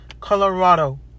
Colorado